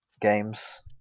games